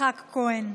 יצחק כהן.